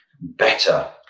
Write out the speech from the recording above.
better